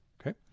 Okay